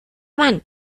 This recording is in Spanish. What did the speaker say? van